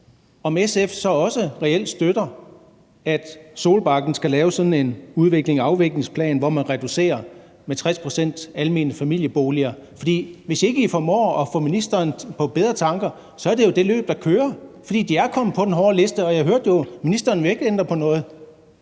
om SF så også reelt støtter, at Solbakken skal lave sådan en udviklings-/afviklingsplan, hvor man reducerer med 60 pct. almene familieboliger. Hvis ikke SF formår at få ministeren på bedre tanker, så er det jo det løb, der kører, fordi de er kommet på den hårde liste, og jeg hørte, at ministeren ikke vil ændre på noget.